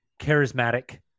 charismatic